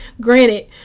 Granted